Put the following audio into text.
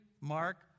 Mark